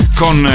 con